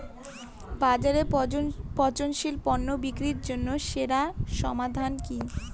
বাজারে পচনশীল পণ্য বিক্রির জন্য সেরা সমাধান কি?